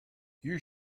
you